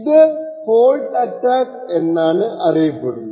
ഇത് fault attack എന്നാണ് അറിയപ്പെടുന്നത്